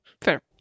Fair